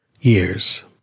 Years